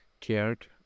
cared